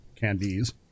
candies